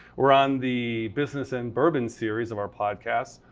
we're on the business and bourbon series of our podcasts,